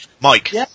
Mike